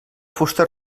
fusta